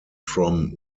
from